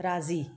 राज़ी